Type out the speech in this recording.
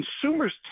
consumers